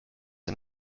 and